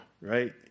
right